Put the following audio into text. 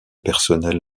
personnels